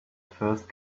first